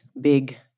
big